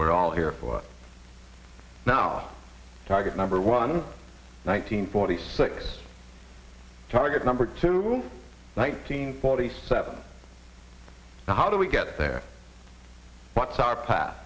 we're all here for now target number one nine hundred forty six target number two nineteen forty seven how do we get there what's our path